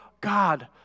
God